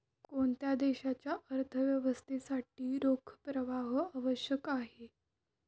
कोणत्याही देशाच्या अर्थव्यवस्थेसाठी रोख प्रवाह आवश्यक आहे